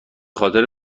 خاطر